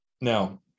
now